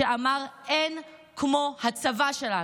שאמר "אין כמו הצבא שלנו,